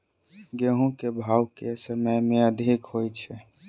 गेंहूँ केँ भाउ केँ समय मे अधिक होइ छै?